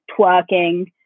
twerking